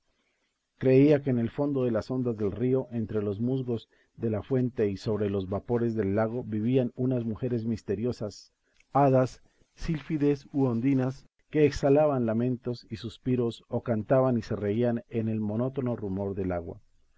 creía que en el fondo de las ondas del río entre los musgos de la fuente y sobre los vapores del lago vivían unas mujeres misteriosas hadas sílfides u ondinas que exhalaban lamentos y suspiros o cantaban y se reían en el monótono rumor del agua